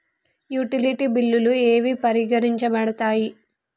Utility బిల్లులు ఏవి పరిగణించబడతాయి?